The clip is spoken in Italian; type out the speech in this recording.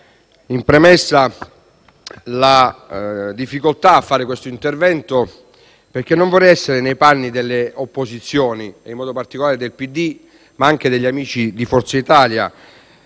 in premessa la difficoltà di fare questo intervento, perché non vorrei essere nei panni delle opposizioni, in modo particolare del PD, ma anche degli amici di Forza Italia,